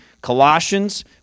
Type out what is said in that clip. Colossians